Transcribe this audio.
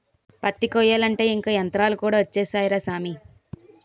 పత్తి కొయ్యాలంటే ఇంక యంతరాలు కూడా ఒచ్చేసాయ్ రా సామీ